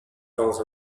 dans